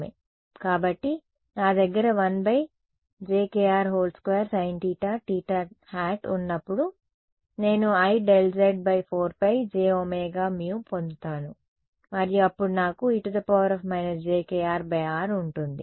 కాబట్టి నా దగ్గర 12 sin θ θˆ ఉన్నప్పుడు నేను IΔz4π jωμ పొందుతాను మరియు అప్పుడు నాకు e jkr r ఉంటుంది